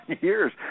years